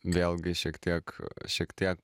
vėlgi šiek tiek šiek tiek